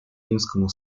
римскому